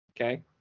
Okay